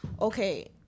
okay